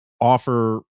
offer